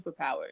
superpower